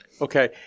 Okay